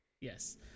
Yes